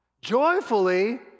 joyfully